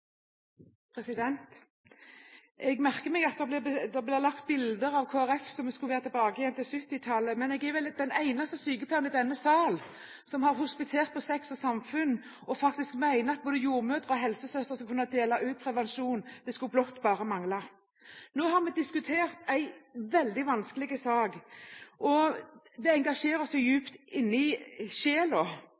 Jeg merker meg at det blir laget bilder av Kristelig Folkeparti som om vi skulle være tilbake til 1970-tallet, men jeg er vel den eneste sykepleieren i denne sal som har hospitert på Sex og samfunn og faktisk mener at både jordmødre og helsesøstre skal kunne dele ut prevensjon. Det skulle blott bare mangle. Nå har vi diskutert en veldig vanskelig sak, og den engasjerer oss dypt inn i